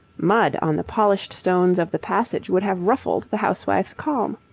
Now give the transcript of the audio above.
mud on the polished stones of the passage would have ruffled the housewife's calm.